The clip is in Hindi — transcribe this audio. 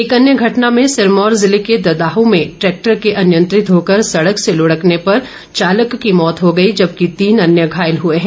एक अन्य घटना में सिरमौर ज़िले के ददाहू में ट्रैक्टर के अनियंत्रित होकर सड़क से लुढ़कने पर चालक की मौत हो गई जबकि तीन अन्य घायल हुए हैं